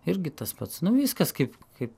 irgi tas pats nu viskas kaip kaip